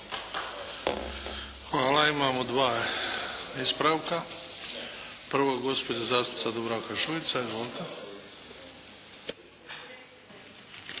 Hvala. Imamo dva ispravka. Prvo gospođa zastupnica Dubravka Šuica. Izvolite.